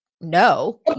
no